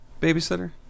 babysitter